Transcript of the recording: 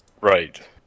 Right